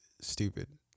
stupid